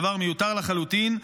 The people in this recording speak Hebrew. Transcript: דבר מיותר לחלוטין.